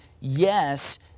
yes